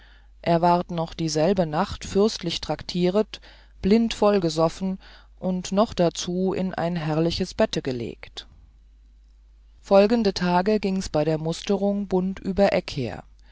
er ward noch dieselbe nacht fürstlich traktieret blind vollgesoffen und noch darzu in ein herrlich bette gelegt folgende tage giengs bei der musterung bund über